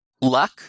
luck